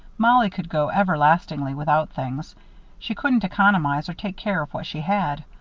mollie could go everlastingly without things she couldn't economize or take care of what she had.